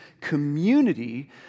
community